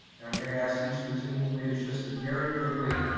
and i'm gonna ask each of the team leaders just to very quickly,